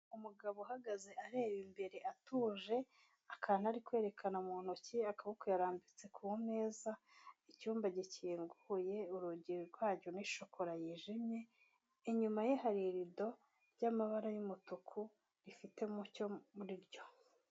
Umugabo uhagaze areba imbere atuje, akantu ari kwerekana mu ntoki, akaboko yarambitse ku meza, icyumba gikinguye, urugi rwacyo ni shokora yijimye, inyuma ye hari irido ry'amabara y'umutuku rifite umucyo muri ryo.